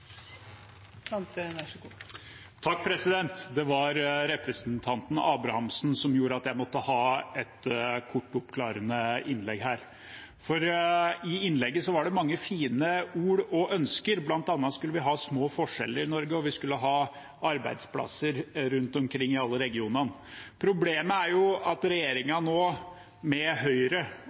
Det var representanten Sundbø Abrahamsen som gjorde at jeg måtte ha et kort oppklarende innlegg her. I innlegget var det mange fine ord og ønsker. Blant annet skulle vi ha små forskjeller i Norge, og vi skulle ha arbeidsplasser rundt omkring i alle regionene. Problemet er at regjeringen, bestående av bl.a. Høyre